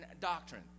doctrine